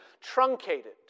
truncated